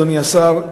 אדוני השר,